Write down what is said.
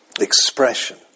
expression